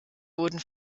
wurden